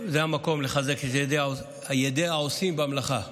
זה המקום לחזק את ידי העושים במלאכה,